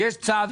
יש צו,